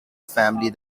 family